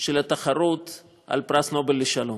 של התחרות על פרס נובל לשלום,